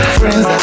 friends